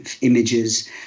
images